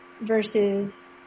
versus